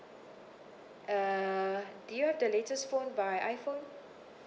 uh do you have the latest phone by iphone